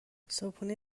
صبحونه